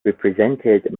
represented